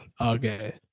Okay